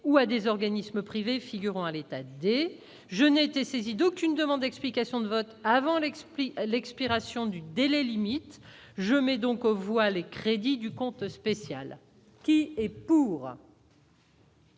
ou à des organismes privés figurant à l'état des jeunes été saisi d'aucune demande explication de vote avant l'explique l'expiration du délai limite je mets donc vous allez crédit du compte spécial qui est pour.